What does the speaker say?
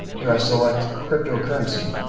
here i select cryptocurrency.